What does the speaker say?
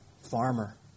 farmer